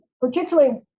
particularly